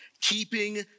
keeping